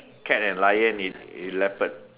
cat and lion it it leopard